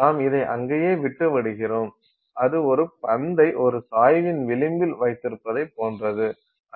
நாம் அதை அங்கேயே விட்டுவிடுகிறோம் அது ஒரு பந்தை ஒரு சாய்வின் விளிம்பில் வைத்திருப்பதைப் போன்றது